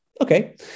okay